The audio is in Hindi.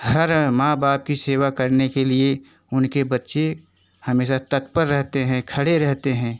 हर माँ बाप की सेवा करने के लिए उनके बच्चे हमेशा तत्पर रहते हैं खड़े रहते हैं